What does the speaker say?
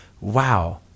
wow